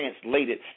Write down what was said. translated